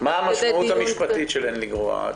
--- מה המשמעות המשפטית שלהן לגרוע?